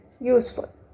useful